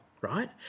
right